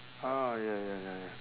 orh ya ya ya ya